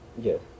Yes